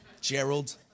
Gerald